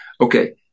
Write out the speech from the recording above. Okay